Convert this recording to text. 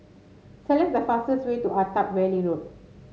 select the fastest way to Attap Valley Road